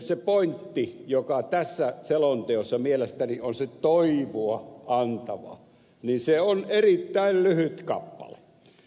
se pointti joka tässä selonteossa mielestäni on se toivoa antava on erittäin lyhyessä kappaleessa